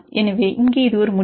எனவே இங்கே இது ஒரு முடிவு